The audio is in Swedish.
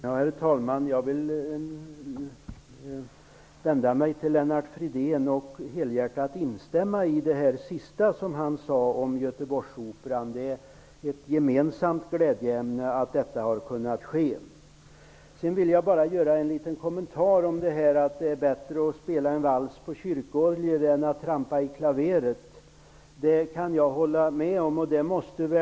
Herr talman! Jag instämmer helhjärtat i det sista som Lennart Fridén sade om Göteborgsoperan. Att detta har kunnat ske är ett glädjeämne som vi har gemensamt. Så en kommentar om detta med att det är bättre att spela vals på en kyrkorgel än att trampa i klaveret. Jag håller med om det.